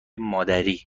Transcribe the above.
مادری